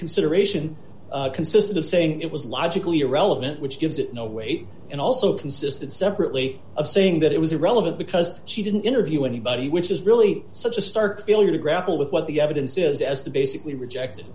consideration consisted of saying it was logically irrelevant which gives it no weight and also consisted separately of saying that it was irrelevant because she didn't interview anybody which is really such a stark failure to grapple with what the evidence is as to basically reject